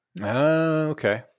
Okay